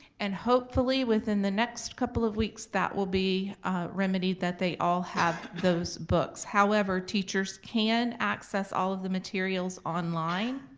and, hopefully within the next couple of weeks that will be remedied that they all have those books. however teachers can access all of the materials online.